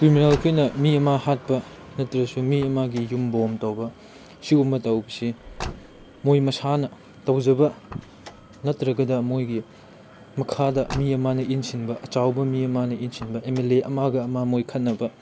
ꯀ꯭ꯔꯤꯃꯤꯅꯦꯜꯈꯣꯏꯅ ꯃꯤ ꯑꯃ ꯍꯥꯠꯄ ꯅꯠꯇ꯭ꯔꯁꯨ ꯃꯤ ꯑꯃꯒꯤ ꯌꯨꯝ ꯕꯣꯝ ꯇꯧꯕ ꯁꯤꯒꯨꯝꯕ ꯇꯧꯅꯁꯦ ꯃꯣꯏ ꯃꯁꯥꯅ ꯇꯧꯖꯕ ꯅꯠꯇ꯭ꯔꯒꯅ ꯃꯣꯏꯒꯤ ꯃꯈꯥꯗ ꯃꯤ ꯑꯃꯅ ꯏꯟꯁꯤꯟꯕ ꯑꯆꯧꯕ ꯃꯤ ꯑꯃꯅ ꯏꯟꯁꯤꯟꯕ ꯑꯦꯝ ꯑꯦꯜ ꯑꯦ ꯑꯃꯒ ꯑꯃ ꯃꯣꯏ ꯈꯠꯅꯕ